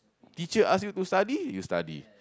teacher ask you to study you study